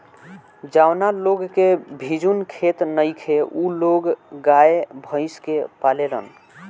जावना लोग के भिजुन खेत नइखे उ लोग गाय, भइस के पालेलन